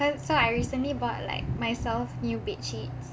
cause so I recently bought like myself new bedsheets